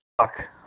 Fuck